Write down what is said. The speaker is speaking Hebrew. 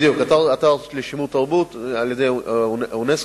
בדיוק, אתר לשימור תרבות על-ידי אונסק"ו.